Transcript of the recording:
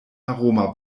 aroma